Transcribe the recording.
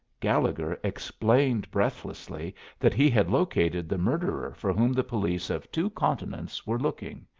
gallegher explained breathlessly that he had located the murderer for whom the police of two continents were looking,